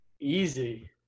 Easy